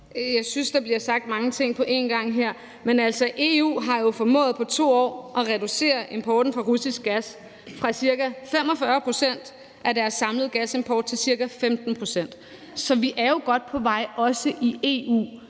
Jeg synes, der bliver sagt mange ting på en gang her. Men EU har jo på 2 år formået at reducere importen af russisk gas fra ca. 45 pct. af deres samlede gasimport til ca. 15 pct. Så vi er jo også godt på vej i EU.